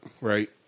right